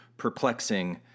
perplexing